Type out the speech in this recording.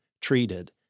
treated